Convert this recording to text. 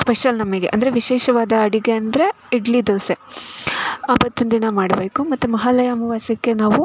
special ನಮಗೆ ಅಂದರೆ ವಿಶೇಷವಾದ ಅಡುಗೆ ಅಂದರೆ ಇಡ್ಲಿ ದೋಸೆ ಅವತ್ತಿನ ಮಾಡಬೇಕು ಮತ್ತು ಮಹಾಲಯ ಅಮಾವಾಸ್ಯೆಕ್ಕೆ ನಾವು